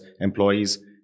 employees